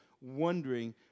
wondering